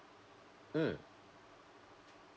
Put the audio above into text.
mm